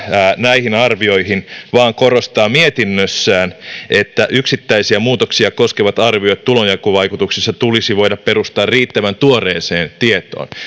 näihin arvioihin vaan korostaa mietinnössään että yksittäisiä muutoksia koskevat arviot tulonjakovaikutuksista tulisi voida perustaa riittävän tuoreeseen tietoon